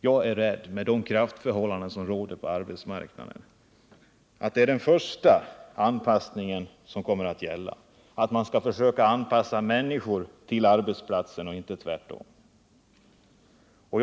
Jag är rädd för, med de kraftförhållanden som råder på arbetsmarknaden , att det är den första anpassningen som kommer att gälla — att man skall försöka anpassa människor till arbetsplatsen och inte tvärtom.